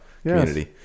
community